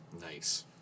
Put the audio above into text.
Nice